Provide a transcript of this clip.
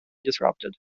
disrupted